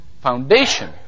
foundation